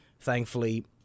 thankfully